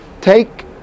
take